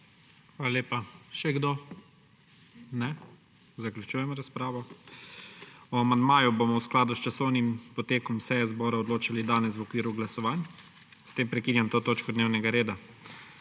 Hvala lepa. Še kdo? Ne. Zaključujem razpravo. O amandmaju bomo v skladu s časovnim potekom seje zbora odločali danes v okviru glasovanj. S tem prekinjam to točko dnevnega reda.